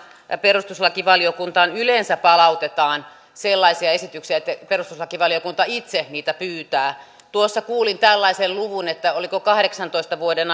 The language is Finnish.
perustuslakivaliokuntaan yleensä palautetaan sellaisia esityksiä joita perustuslakivaliokunta itse pyytää tuossa kuulin tällaisen luvun että oliko kahdeksantoista vuoden